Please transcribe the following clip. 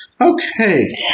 Okay